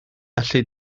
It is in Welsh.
allu